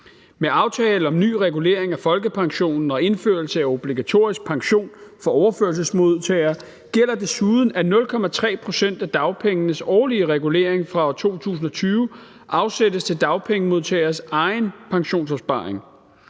Med aftalen om ny regulering af folkepension og indførelse af obligatorisk opsparing for overførselsmodtagere gælder desuden, at 0,3 pct. af dagpengenes årlige regulering fra 2020 afsættes til dagpengemodtageres egen pensionsopsparing.